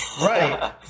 right